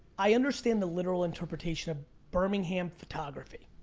i understand the literal interpretation of birmingham photography.